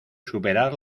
superar